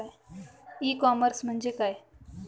E commerce म्हणजे काय?